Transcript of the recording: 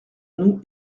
nous